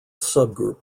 subgroup